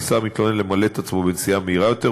ניסה המתלונן למלט עצמו בנסיעה מהירה יותר,